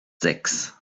sechs